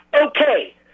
Okay